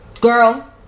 girl